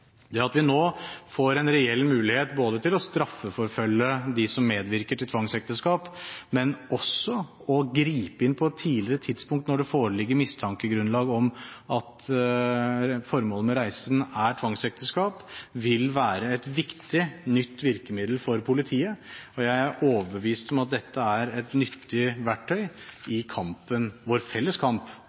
Det at vi nå får en reell mulighet til både å straffeforfølge dem som medvirker til tvangsekteskap, og å gripe inn på et tidligere tidspunkt når det foreligger grunnlag for mistanke om at formålet med reisen er tvangsekteskap, vil være et viktig, nytt virkemiddel for politiet. Jeg er overbevist om at dette er et nyttig verktøy i vår